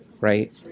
right